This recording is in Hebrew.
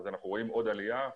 אנחנו רואים עוד עלייה,